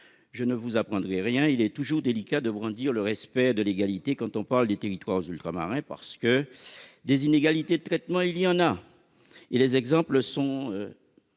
je ne vous apprendrai rien : il est toujours délicat de brandir le respect de l'égalité quand on parle des territoires ultramarins, parce qu'il existe des inégalités de traitement, dont on trouve des exemples jusque